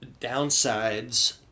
downsides